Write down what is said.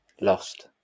lost